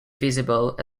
visible